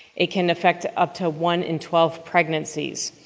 it can affect up to one in twelve pregnancies.